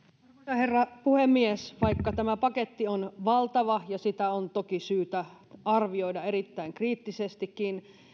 herra puhemies vaikka tämä paketti on valtava ja sitä on toki syytä arvioida erittäin kriittisestikin